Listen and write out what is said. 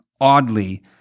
oddly